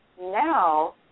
now